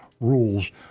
rules